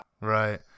Right